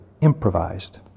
improvised